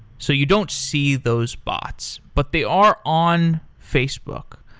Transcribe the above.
so you don't see those bots, but they are on facebook.